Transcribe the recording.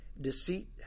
deceit